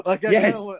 Yes